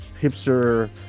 hipster